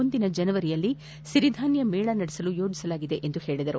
ಮುಂದಿನ ಜನವರಿಯಲ್ಲಿ ಸಿರಿಧಾನ್ಯ ಮೇಳ ನಡೆಸಲು ಯೋಜಿಸಲಾಗಿದೆ ಎಂದು ಹೇಳದರು